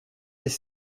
des